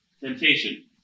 temptation